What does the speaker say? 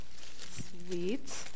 Sweet